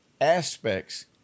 aspects